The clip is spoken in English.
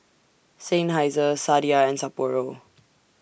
Seinheiser Sadia and Sapporo